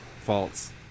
False